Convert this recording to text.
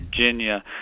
Virginia